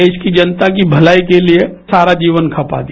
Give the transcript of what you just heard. देश की जनता की भलाई के लिए सारा जीवन खपा दिया